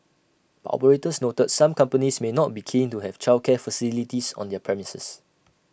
but operators noted some companies may not be keen to have childcare facilities on their premises